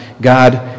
God